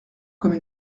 comme